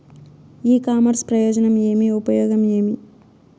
ఇ commerce ప్రయోజనం ఏమి? ఉపయోగం ఏమి?